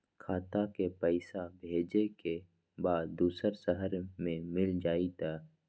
खाता के पईसा भेजेए के बा दुसर शहर में मिल जाए त?